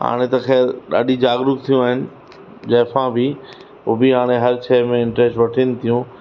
हाणे त ख़ैर ॾाढी जागरूक थियूं आहिनि ज़ाइफ़ां बि हू बि हाणे हर शइ में इंटरस्ट वठनि थियूं